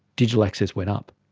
digital access went up.